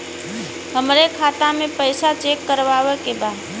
हमरे खाता मे पैसा चेक करवावे के बा?